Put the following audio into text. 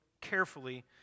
carefully